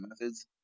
methods